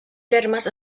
termes